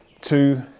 two